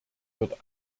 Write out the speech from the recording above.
wird